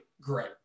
great